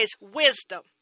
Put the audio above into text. wisdom